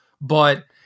But-